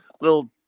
little